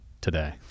today